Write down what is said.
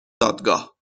دادگاه